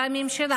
והממשלה,